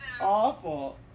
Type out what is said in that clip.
awful